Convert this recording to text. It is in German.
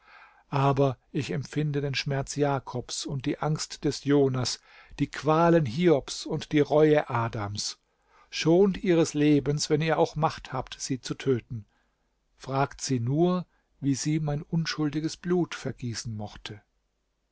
aber ich empfinde den schmerz jakobs und die angst des jonas die qualen hiobs und die reue adams schont ihres lebens wenn ihr auch macht habt sie zu töten fragt sie nur wie sie mein unschuldiges blut vergießen mochte